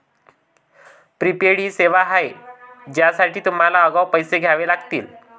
prepaid ही सेवा आहे ज्यासाठी तुम्हाला आगाऊ पैसे द्यावे लागतील